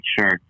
sure